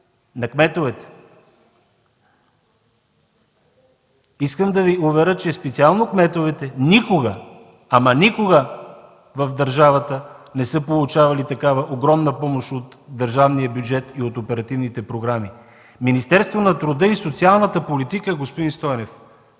на кметовете, искам да Ви уверя, че специално кметовете никога, ама никога в държавата не са получавали такава огромна помощ от държавния бюджет и от оперативните програми. Министерството на труда и социалната политика, господин Стойнев,